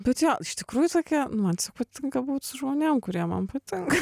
bet jo iš tikrųjų tokia man patinka būt žmonėm kurie man patinka